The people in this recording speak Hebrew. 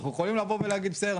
אנחנו יכולים לבוא ולהגיד בסדר,